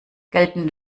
gelten